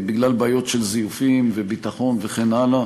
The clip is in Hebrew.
בגלל בעיות של זיופים וביטחון וכן הלאה.